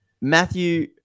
Matthew